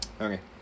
Okay